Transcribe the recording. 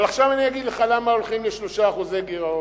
אבל עכשיו אני אגיד לך למה הולכים ל-3% גירעון,